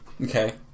Okay